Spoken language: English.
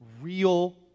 real